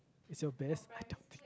is your best I don't think